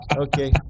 Okay